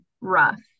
rough